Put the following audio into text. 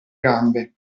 gambe